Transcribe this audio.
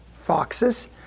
foxes